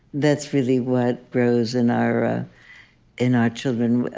that's really what grows in our ah in our children.